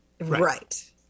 Right